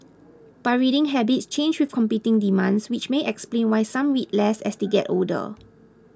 but reading habits change with competing demands which may explain why some read less as they get older